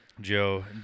Joe